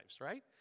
right